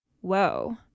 Whoa